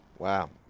Wow